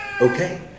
okay